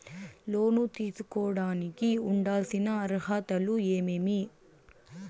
లోను తీసుకోడానికి ఉండాల్సిన అర్హతలు ఏమేమి?